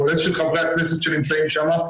כולל של חברי הכנסת שנמצאים כאן,